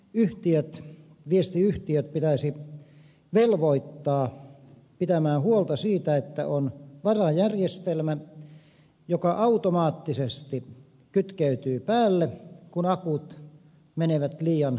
puhelinyhtiöt viestiyhtiöt pitäisi velvoittaa pitämään huolta siitä että on varajärjestelmä joka automaattisesti kytkeytyy päälle kun akut menevät liian heikoiksi toimimaan